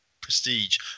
prestige